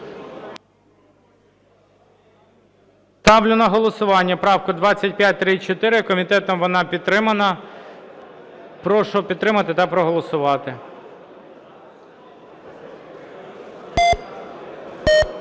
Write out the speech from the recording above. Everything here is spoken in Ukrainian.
Ставлю на голосування правку 2490. Комітетом вона врахована. Прошу підтримати та проголосувати.